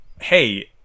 hey